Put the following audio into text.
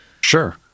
Sure